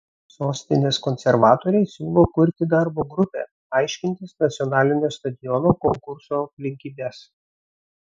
sostinės konservatoriai siūlo kurti darbo grupę aiškintis nacionalinio stadiono konkurso aplinkybes